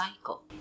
cycle